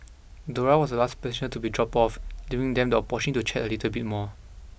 Dora was the last passenger to be dropped off leaving them the abortion to chat a little bit more